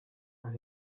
and